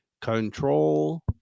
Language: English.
control